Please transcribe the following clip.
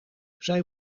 zij